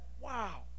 Wow